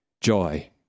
joy